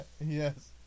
Yes